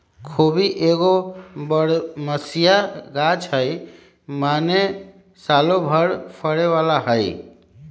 खोबि एगो बरमसिया ग़ाछ हइ माने सालो भर फरे बला हइ